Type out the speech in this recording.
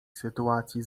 sytuacji